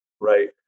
Right